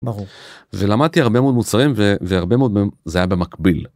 ולמדתי הרבה מאוד מוצרים והרבה מאוד מהם זה היה במקביל.